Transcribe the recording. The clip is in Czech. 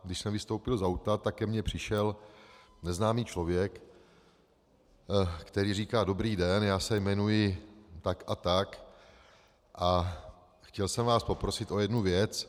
Když jsem vystoupil z auta, tak ke mně přišel neznámý člověk, který říká: Dobrý den, já se jmenuji tak a tak a chtěl jsem vás poprosit o jednu věc.